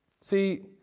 See